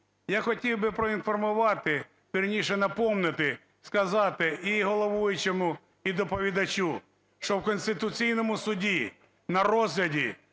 Я хотів би поінформувати, вірніше, напомнити, сказати і головуючому, і доповідачу, що в Конституційному Суді на розгляді